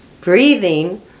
breathing